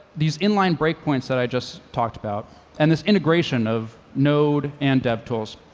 these inline breakpoints that i just talked about and this integration of node and devtools,